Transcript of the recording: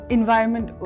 Environment